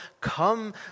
come